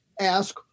ask